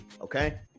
okay